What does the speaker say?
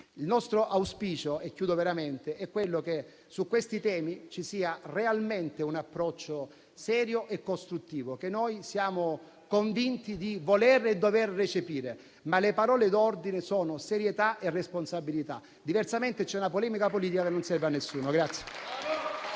Il nostro auspicio - e concludo veramente - è che su questi temi ci sia realmente un approccio serio e costruttivo, che noi siamo convinti di volere e dover recepire; ma le parole d'ordine sono serietà e responsabilità. Diversamente, c'è una polemica politica che non serve a nessuno.